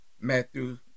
Matthew